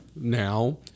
now